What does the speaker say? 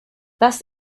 das